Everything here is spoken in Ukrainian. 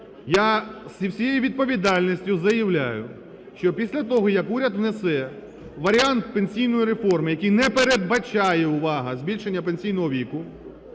Я зі всією відповідальністю заявляю, що після того, як уряд внесе варіант пенсійної реформи, який не передбачає, увага, збільшення пенсійного віку,